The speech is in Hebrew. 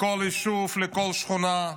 לכל יישוב, לכל שכונה.